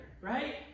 right